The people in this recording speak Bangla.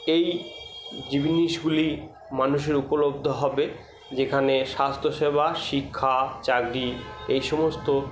এই জিনিসগুলি মানুষের উপলব্ধ হবে যেখানে স্বাস্থ্যসেবা শিক্ষা চাকরি এই সমস্ত